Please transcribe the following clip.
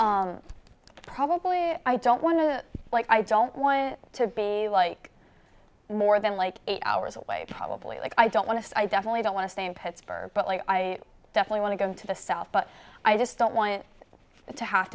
there probably i don't want to like i don't want to be like more than like eight hours away probably like i don't want to definitely don't want to stay in pittsburgh but i definitely want to go into the south but i just don't want to have